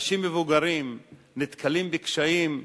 נתקלים בקשיים,